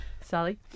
Sally